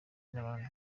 n’abandi